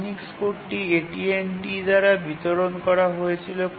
Unix কোডটি AT T দ্বারা বিতরণ করা হয়েছিল